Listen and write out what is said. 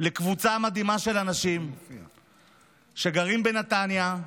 לקבוצה מדהימה של אנשים שגרים בנתניה,